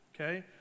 okay